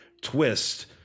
twist